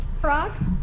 Frogs